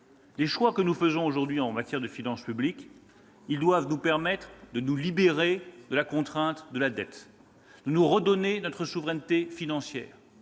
Les choix que nous faisons aujourd'hui en matière de finances publiques visent à nous libérer de la contrainte de la dette et à nous redonner notre souveraineté financière.